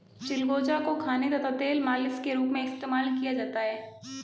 चिलगोजा को खाने तथा तेल मालिश के रूप में इस्तेमाल किया जाता है